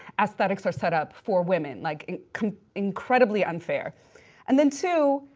aesthetics are set up for women. like ah incredibly unfair and then two,